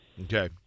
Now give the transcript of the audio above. Okay